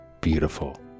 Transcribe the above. beautiful